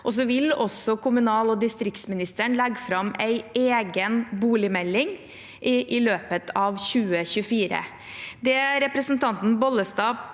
også kommunal- og distriktsministeren legge fram en egen boligmelding i løpet av 2024. Det representanten Bollestad